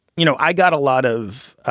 you know, i got a lot of